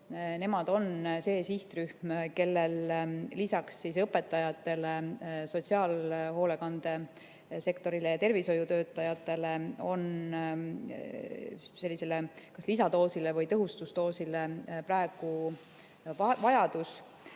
Nemad on see sihtrühm, kellel lisaks õpetajatele, sotsiaalhoolekande sektorile ja tervishoiutöötajatele on praegu lisadoosi või tõhustusdoosi vajadus.